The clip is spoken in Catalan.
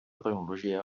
tecnologia